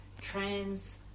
trans